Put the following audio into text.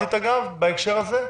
דרמטית אגב בהקשר הזה,